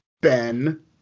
Ben